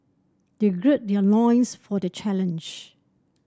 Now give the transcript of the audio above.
they gird their loins for the challenge